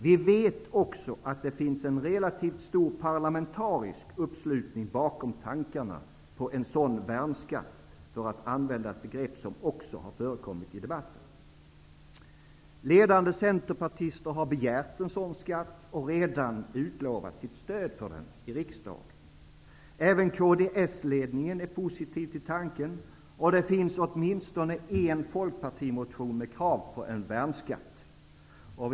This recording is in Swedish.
Vi vet också att det finns en relativt stor parlamentarisk uppslutning bakom tankarna på en sådan värnskatt, för att använda ett begrepp som också har förekommit i debatten. Ledande centerpartister har begärt en sådan skatt och redan utlovat sitt stöd för den i riksdagen. Även Kdsledningen är positiv till tanken, och det finns åtminstone en folkpartimotion med krav på en värnskatt.